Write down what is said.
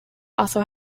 also